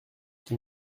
qui